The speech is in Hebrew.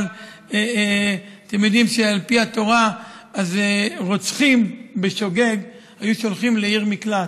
אבל אתם יודעים שעל פי התורה אז רוצחים בשוגג היו שולחים לעיר מקלט,